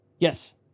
Yes